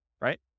right